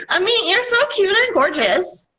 ameet, you're so cute and gorgeous.